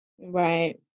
Right